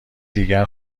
دیگر